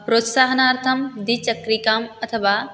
प्रोत्साहनार्थं द्विचक्रिकाम् अथवा